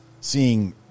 seeing